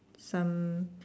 some